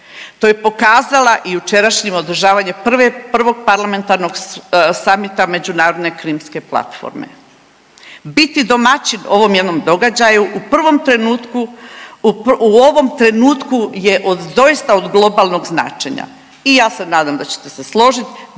To je pokazala i jučerašnjim održavanjem prvog parlamentarnog summita međunarodne krimske platforme. Biti domaćin ovom jednom događaju u prvom trenutku, u ovom trenutku je od doista od globalnog značenja. I ja se nadam da ćete se složit